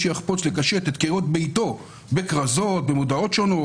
שיחפוץ לקשט את קירות ביתו בכרזות ובמודעות שונות,